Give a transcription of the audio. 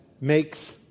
makes